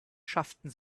schafften